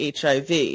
HIV